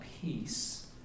peace